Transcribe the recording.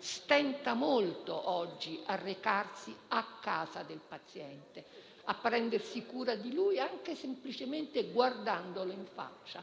stenta molto oggi a recarsi a casa del paziente e a prendersi cura di lui, anche semplicemente guardandolo in faccia.